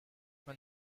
when